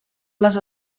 les